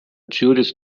juris